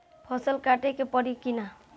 फसल काटे के परी कि न?